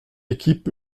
équipe